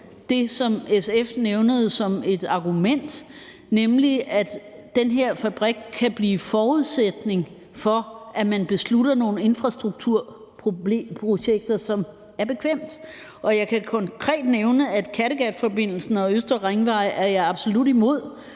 det, som SF nævnte som et argument, nemlig at den her fabrik kan blive forudsætning for, at man beslutter nogle infrastrukturprojekter, som er bekvemme. Jeg kan konkret nævne, at Kattegatforbindelsen og Østre Ringvej er jeg absolut imod,